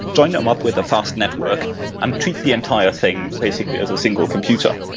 join them up with a fast network and treat the entire thing basically as a single computer.